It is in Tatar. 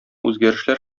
үзгәрешләр